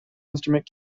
instrument